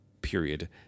period